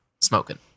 smoking